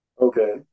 Okay